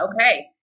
okay